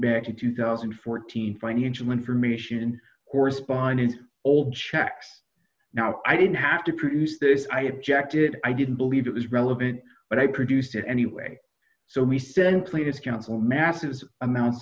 back to two thousand and fourteen financial information correspondence old checks now i didn't have to produce this i objected i didn't believe it was relevant but i produced it anyway so we sent cletus counsel massive amounts